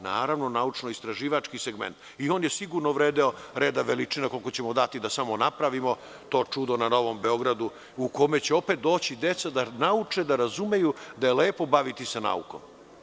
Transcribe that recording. Naravno, naučnoistraživački segment, on je sigurno vredeo reda veličina koliko ćemo dati da samo napravimo to čudo na Novom Beogradu, u kome će opet doći deca da nauče, da razumeju da je lepo baviti se naukom.